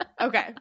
Okay